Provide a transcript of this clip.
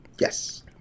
Yes